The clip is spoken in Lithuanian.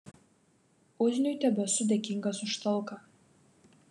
uzniui tebesu dėkingas už talką